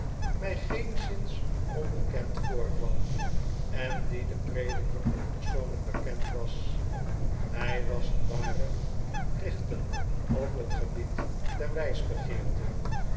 mij geenszins onbekend voorkwam en die den prediker ook persoonlijk bekend was hij was een ware crichton op t gebied der